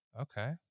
Okay